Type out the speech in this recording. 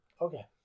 Okay